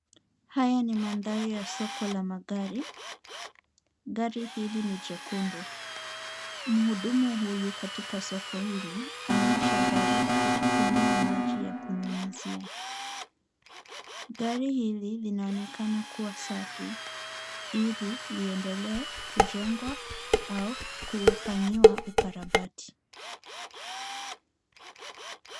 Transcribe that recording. Haya ni mandhari ya soko la magari. Gari hili ni jekundu. Muhudumu huyu katika soko hili, anaosha gari kwa kutumia maji ya kunyunyizia. Gari hili linaonekana kuwa safi, ili liendelee kujengwa au kufanyiwa ukarabati.